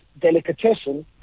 delicatessen